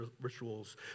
rituals